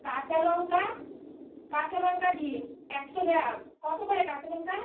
কাঁচালঙ্কা কাঁচালঙ্কা দিন একশো গ্রাম কত করে কাঁচালঙ্কা